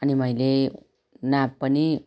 अनि मैले नाप पनि